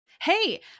Hey